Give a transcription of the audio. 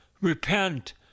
repent